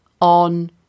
on